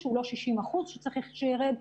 שהוא לא 60% שצריך שיירד,